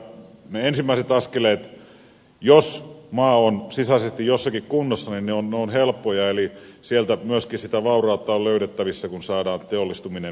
ne ensimmäiset askeleet jos maa on sisäisesti jossakin kunnossa ovat helppoja eli sieltä myöskin sitä vaurautta on löydettävissä kun saadaan teollistuminen kunnolla alkuun